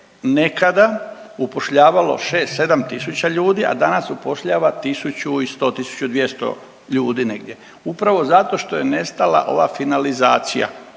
nekada upošljavalo šest, sedam tisuća ljudi, a danas upošljava 1100, 1200 ljudi negdje. Upravo zato što je nestala ova finalizacija,